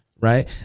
right